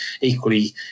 equally